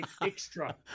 Extra